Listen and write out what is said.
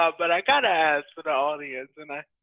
ah but i've got to ask for the audience,